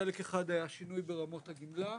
חלק אחד היה שינוי ברמות הגמלה.